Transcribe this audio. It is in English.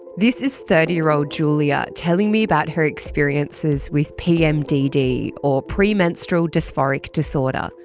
this is thirty year old julia, telling me about her experiences with pmdd or premenstrual dysphoric disorder.